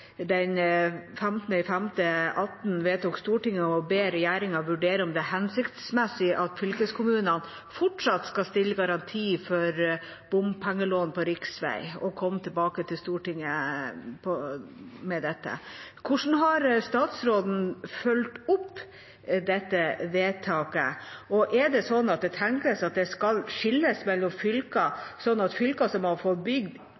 den 15. mai 2018 vedtok Stortinget å be regjeringa vurdere om det er hensiktsmessig at fylkeskommunene fortsatt skal stille garanti for bompengelån på riksvei, og komme tilbake til Stortinget med dette. Hvordan har statsråden fulgt opp dette vedtaket? Og er det sånn at man tenker at det skal skilles mellom fylker, sånn at fylker som har fått bygd